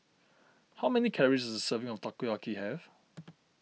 how many calories does a serving of Takoyaki have